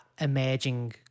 emerging